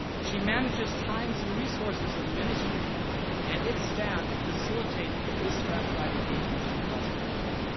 and she manages times and resources of the ministry and its staff to facilitate this strathclyde engagement across malawi.